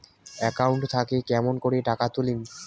Account থাকি কেমন করি টাকা তুলিম?